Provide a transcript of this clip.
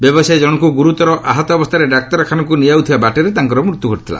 ବ୍ୟବସାୟୀ ଜଣଙ୍କୁ ଗୁରୁତର ଆହତ ଅବସ୍ଥାରେ ଡାକ୍ତରଖାନାକୁ ନିଆଯାଉଥିବା ବାଟରେ ତାଙ୍କର ମୃତ୍ୟୁ ଘଟିଥିଲା